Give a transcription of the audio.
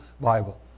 Bible